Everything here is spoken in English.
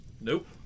Nope